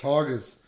Tigers